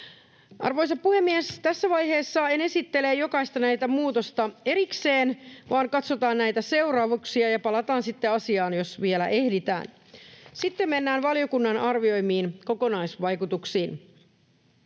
Arvoisa puhemies! Tässä vaiheessa en esittele näitä jokaista muutosta erikseen, vaan katsotaan näitä seuraamuksia ja palataan sitten asiaan, jos vielä ehditään. Sitten mennään valiokunnan arvioimiin kokonaisvaikutuksiin.